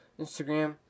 Instagram